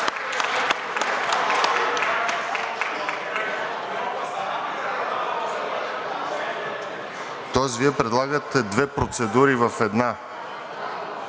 Тоест Вие предлагате две процедури в една?